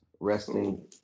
Resting